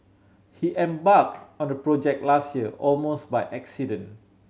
he embarked on the project last year almost by accident